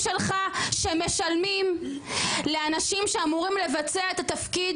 שלך שמשלמים לאנשים שאמורים לבצע את התפקיד